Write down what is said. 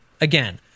again